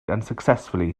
unsuccessfully